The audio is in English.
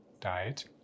diet